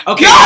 Okay